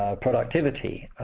ah productivity